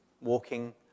walking